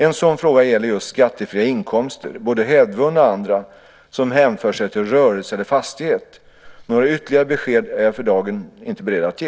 En sådan fråga gäller just skattefria inkomster, både hävdvunna och andra, som hänför sig till rörelse eller fastighet. Några ytterligare besked är jag för dagen inte beredd att ge.